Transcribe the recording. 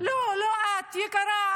לא, לא את, יקרה.